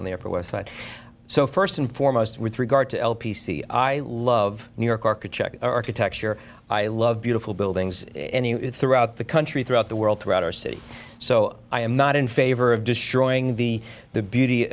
on the upper west side so first and foremost with regard to l p c i love new york architect architecture i love beautiful buildings throughout the country throughout the world throughout our city so i am not in favor of destroying the the beauty